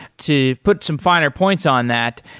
to put some finer points on that,